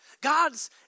God's